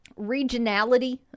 regionality